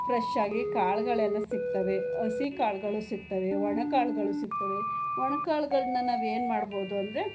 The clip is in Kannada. ಫ್ರೆಶ್ ಆಗಿ ಕಾಳುಗಳೆಲ್ಲ ಸಿಗ್ತವೆ ಹಸಿ ಕಾಳುಗಳು ಸಿಗ್ತವೆ ಒಣ ಕಾಳುಗಳು ಸಿಗ್ತವೆ ಒಣ ಕಾಳುಗಳ್ನ ನಾವೇನು ಮಾಡ್ಬೋದು ಅಂದರೆ